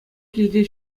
килте